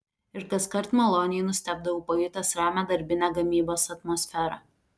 ir kaskart maloniai nustebdavau pajutęs ramią darbinę gamybos atmosferą